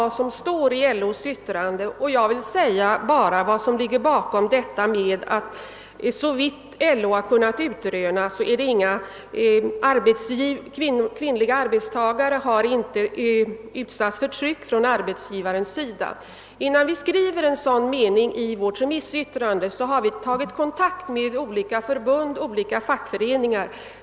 Vad beträffar LO:s skrivning att det såvitt LO kunnat utröna inte förekommit att kvinnliga arbetstagare utsatts för tryck från arbetsgivarens sida, vill jag framhålla att vi, innan vi skrev denna mening i vårt remissyttrande, givetvis hade tagit kontakt med olika förbund och fackföreningar.